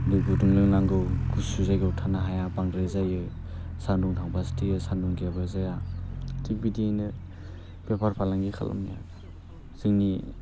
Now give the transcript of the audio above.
बै गुदुं लोंनांगौ गुसु जायगायाव थानो हाया बांद्राय जायो सान्दुं थांबासो थैयो सान्दुं गैयाबा जाया थिग बिदियैनो बेफार फालांगि खालाम जोंनि